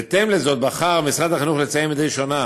בהתאם לזאת בחר משרד החינוך לציין מדי שנה